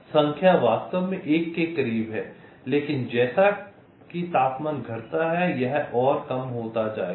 तो यह संख्या वास्तव में 1 के करीब है लेकिन जैसा कि तापमान घटता है यह और कम होता जाएगा